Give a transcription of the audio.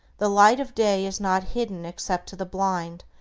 the light of day is not hidden except to the blind,